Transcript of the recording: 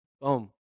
Boom